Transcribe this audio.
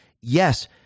Yes